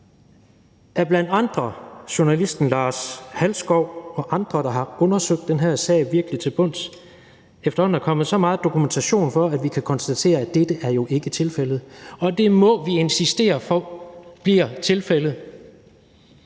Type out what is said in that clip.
bl.a. ved at journalisten Lars Halskov og andre virkelig har undersøgt den her sag til bunds, efterhånden er kommet så meget dokumentation for det, at vi kan konstatere, at dette jo ikke er tilfældet, og det må vi insistere på bliver tilfældet,